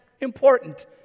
important